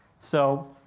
so,